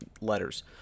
letters